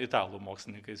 italų mokslininkais